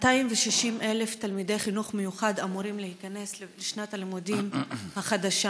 260,000 תלמידי חינוך מיוחד אמורים להיכנס לשנת הלימודים החדשה.